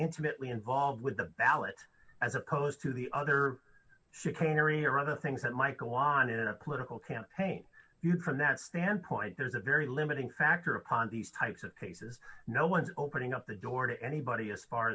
intimately involved with the ballot as opposed to the other chicanery or other things that might go on in a political campaign you can that standpoint there's a very limiting factor upon these types of cases no one opening up the door to anybody as far